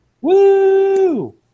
Woo